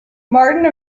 martine